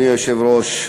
אדוני היושב-ראש,